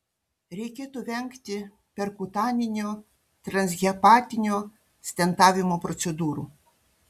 reikėtų vengti perkutaninio transhepatinio stentavimo procedūrų